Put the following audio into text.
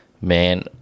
man